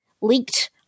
leaked